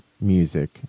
music